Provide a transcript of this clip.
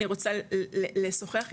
אני רוצה לשוחח איתם,